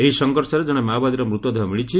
ଏହି ସଂଘର୍ଷରେ କଣେ ମାଓବାଦୀର ମୃତଦେହ ମିଳିଛି